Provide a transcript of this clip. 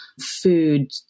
food